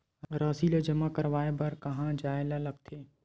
राशि ला जमा करवाय बर कहां जाए ला लगथे